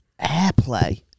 Airplay